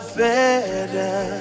better